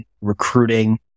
recruiting